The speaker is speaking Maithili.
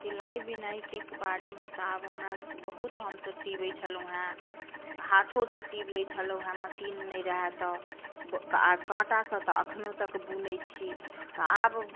सिलाई बिनाईके बारेमे तऽ आब हमर सभकेँ बहुत हमसभ सिबै छलहुँ हँ हाथो सऽ सिव लेइ छलहुँ हँ मशीन नहि रहै तऽ काँटा सॅं तऽ अखनो तक बुनै छी तऽ आब